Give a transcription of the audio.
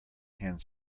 hand